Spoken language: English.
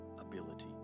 ability